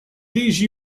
these